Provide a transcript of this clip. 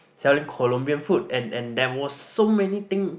selling Colombian food and and there was so many thing